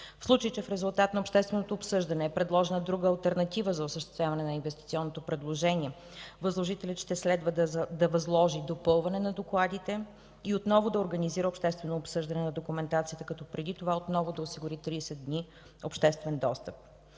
В случай че в резултат на общественото обсъждане е предложена друга алтернатива за осъществяване на инвестиционното предложение, възложителят ще следва да възложи допълване на докладите и отново да организира обществено обсъждане на документацията, като преди това да осигури 30 дни обществен достъп.